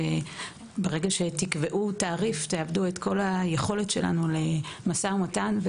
ברגע שתקבעו תעריף תאבדו את כל היכולת שלנו למשא ומתן,